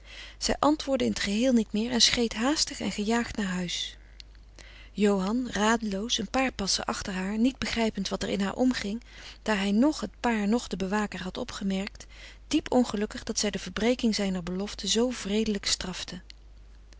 zij antwoordde in t geheel niet meer en schreed haastig en gejaagd naar huis johan radeloos een paar passen achter haar niet begrijpend wat er in haar omging daar hij noch het paar noch den bewaker had opgemerkt diep ongelukkig dat zij de verbreking zijner belofte zoo wreedelijk strafte